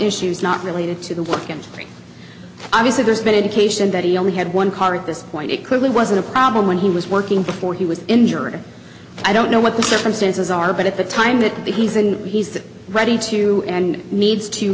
issues not related to the work and obviously there's been indication that he only had one car at this point it quickly wasn't a problem when he was working before he was injured i don't know what the circumstances are but at the time that he's in he's ready to and needs to